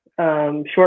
Short